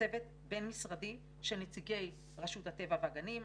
צוות בין-משרדי של נציגי רשות הטבע והגנים,